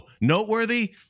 noteworthy